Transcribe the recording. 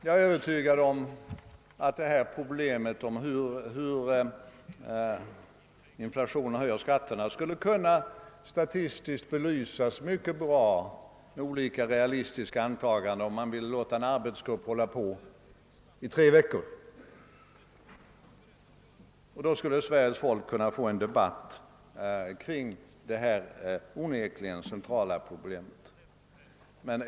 Jag är övertygad om att man statistiskt mycket väl skulle kunna belysa hur inflationen höjer skatterna vid olika realistiska antaganden, om man ville låta en arbetsgrupp syssla med detta i tre veckor. Då skulle Sveriges folk kunna få en debatt kring detta onekiigen centrala problem.